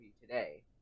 today